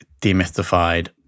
Demystified